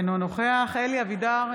אינו נוכח אלי אבידר,